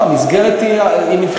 לא, המסגרת נבחנת.